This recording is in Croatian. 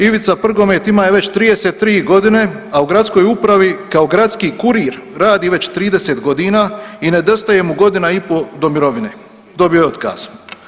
Ivica Prgomet ima je već 33 godine, a u gradskoj upravi kao gradski kurir radi već 30 godina i nedostaje mu godina i po do mirovine, dobio je otkaz.